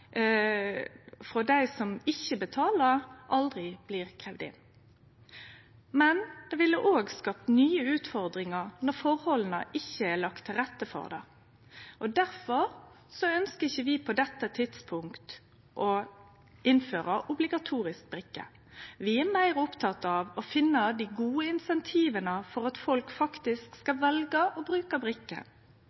frå dei som ikkje betaler, aldri blir kravde inn – men det ville òg skapt nye utfordringar når forholda ikkje er lagde til rette for det. Difor ønskjer ikkje vi på dette tidspunktet å innføre obligatorisk brikke. Vi er meir opptekne av å finne dei gode incentiva for at folk faktisk skal velje å